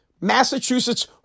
Massachusetts